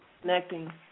connecting